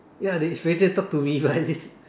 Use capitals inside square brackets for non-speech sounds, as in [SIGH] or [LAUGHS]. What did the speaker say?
ya they is ready to talk to me but [LAUGHS] at least